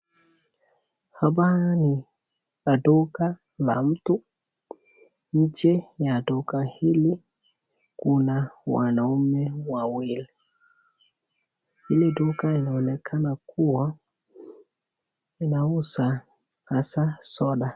Hapa ni duka la mtu nje ya duka hili kuna wanaume wawili hili duka inaonekana kuwa inauza hasa soda.